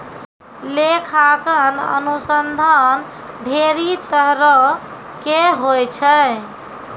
लेखांकन अनुसन्धान ढेरी तरहो के होय छै